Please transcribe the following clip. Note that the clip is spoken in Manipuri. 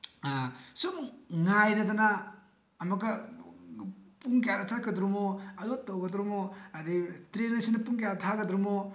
ꯁꯨꯝ ꯉꯥꯏꯔꯗꯅ ꯑꯃꯛꯀ ꯄꯨꯡ ꯀꯌꯥꯗ ꯆꯠꯀꯗꯣꯔꯤꯃꯣ ꯑꯗꯨ ꯇꯧꯒꯗ꯭ꯔꯣꯃꯣ ꯑꯗꯒꯤ ꯇ꯭ꯔꯦꯟ ꯑꯁꯤꯅ ꯄꯨꯡ ꯀꯌꯥꯗ ꯊꯥꯒꯗ꯭ꯔꯨꯃꯣ